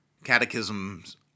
Catechisms